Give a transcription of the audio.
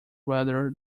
rather